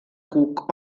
cuc